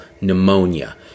pneumonia